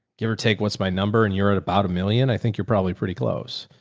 give or take, what's my number and you're at about a million. i think you're probably pretty close.